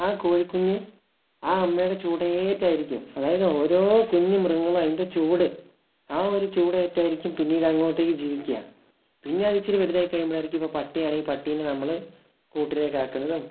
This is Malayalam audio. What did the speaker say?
ആ കോഴിക്കുഞ്ഞ് ആ അമ്മയുടെ ചൂട് ഏറ്റ് ആയിരിക്കും അതായത് ഓരോ കുഞ്ഞ് മൃഗങ്ങളും അതിൻ്റെ ചൂട് ആ ഒരു ചൂട് ഏറ്റ് ആയിരിക്കും പിന്നീട് അങ്ങോട്ടേക്ക് ജീവിക്കുക പിന്നെ അത് ഇത്തിരി വലുതായി കഴിയുമ്പോഴായിരിക്കും ഇപ്പം പട്ടിയാണെങ്കിൽ പട്ടിയെ നമ്മൾ കൂട്ടിലേക്ക് ആക്കുന്നതും